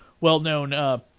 well-known